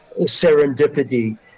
serendipity